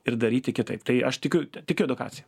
ir daryti kitaip tai aš tikiu tikiu edukacija